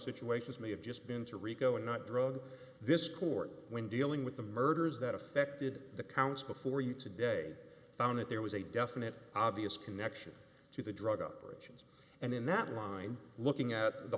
situations may have just been to rico and not drugs this court when dealing with the murders that affected the county before you today found that there was a definite obvious connection to the drug operations and in that line looking at the